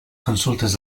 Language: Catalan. consultes